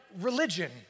religion